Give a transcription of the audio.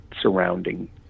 surrounding